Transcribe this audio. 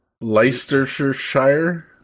Leicestershire